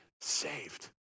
saved